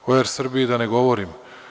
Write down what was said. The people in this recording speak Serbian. O „Er Srbiji“ da ne govorim.